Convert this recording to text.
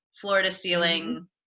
floor-to-ceiling